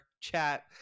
chat